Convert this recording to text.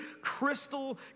crystal